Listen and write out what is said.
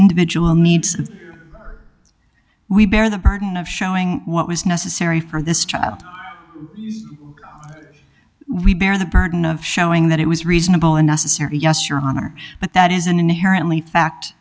individual needs we bear the burden of showing what was necessary for this child we bear the burden of showing that it was reasonable and necessary yes your honor but that is an inherently fact